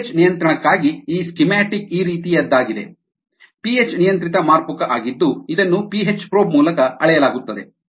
pH ನಿಯಂತ್ರಣಕ್ಕಾಗಿ ಈ schematic ಈ ರೀತಿಯದ್ದಾಗಿದೆ ಪಿಹೆಚ್ ನಿಯಂತ್ರಿತ ಮಾರ್ಪುಕ ಆಗಿದ್ದು ಇದನ್ನು ಪಿಹೆಚ್ ಪ್ರೋಬ್ ಮೂಲಕ ಅಳೆಯಲಾಗುತ್ತದೆ